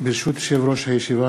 יושב-ראש הישיבה,